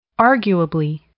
Arguably